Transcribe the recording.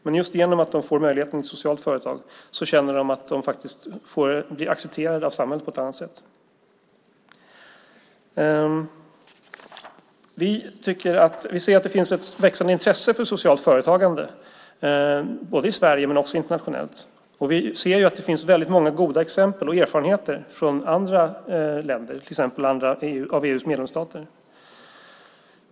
Men just genom att de får möjligheten i ett socialt företag känner de att de faktiskt blir accepterade av samhället på ett annat sätt. Vi ser att det finns ett växande intresse för socialt företagande både i Sverige och internationellt. Vi ser att det finns väldigt många goda exempel och erfarenheter från andra länder, till exempel andra av EU:s medlemsstater.